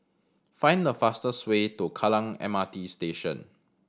find the fastest way to Kallang M R T Station